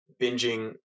binging